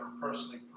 personally